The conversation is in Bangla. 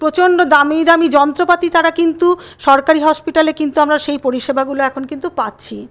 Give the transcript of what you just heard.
প্রচণ্ড দামি দামি যন্ত্রপাতি তারা কিন্তু সরকারি হসপিটালে কিন্তু আমরা সেই পরিষেবাগুলো এখন কিন্তু পাচ্ছি